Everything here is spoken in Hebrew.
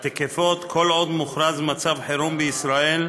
התקפות כל עוד מוכרז מצב חירום בישראל,